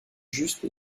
juste